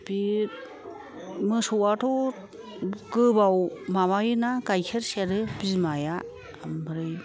बि मोसौआथ' गोबाव माबायोना गाइखेर सेरो बिमाया ओमफ्राय